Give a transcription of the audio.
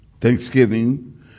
thanksgiving